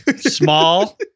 small